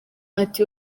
ati